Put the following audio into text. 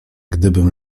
gdybym